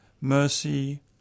Mercy